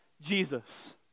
Jesus